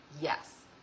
yes